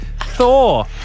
Thor